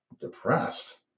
Depressed